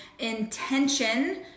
intention